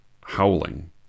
howling